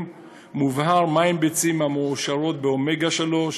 מובהר מה הן ביצים המועשרות באומגה 3,